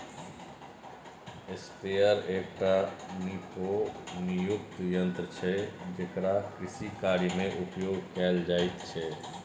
sprayer एकटा नोपानियुक्त यन्त्र छै जेकरा कृषिकार्यमे उपयोग कैल जाइत छै